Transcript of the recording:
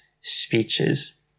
speeches